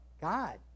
God